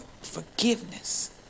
Forgiveness